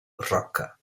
roca